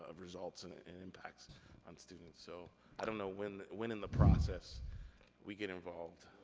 ah results and and impacts on students? so i don't know when when in the process we get involved.